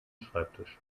schreibtisch